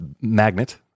magnet